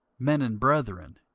men and brethren,